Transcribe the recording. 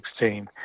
2016